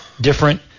different